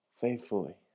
Faithfully